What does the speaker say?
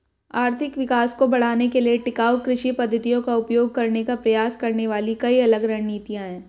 आर्थिक विकास को बढ़ाने के लिए टिकाऊ कृषि पद्धतियों का उपयोग करने का प्रयास करने वाली कई अलग रणनीतियां हैं